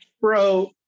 Bro